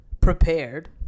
prepared